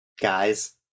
Guys